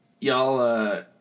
Y'all